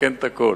שתתקן את הכול.